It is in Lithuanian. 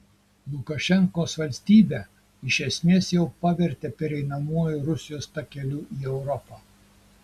lukašenkos valstybę iš esmės jau pavertė pereinamuoju rusijos takeliu į europą